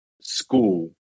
school